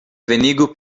venigu